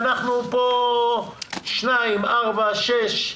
הצבעה בעד, 7 אושר.